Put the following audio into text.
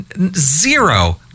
Zero